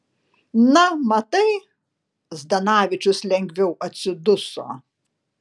na matai zdanavičius lengviau atsiduso